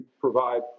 provide